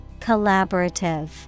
Collaborative